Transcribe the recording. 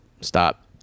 Stop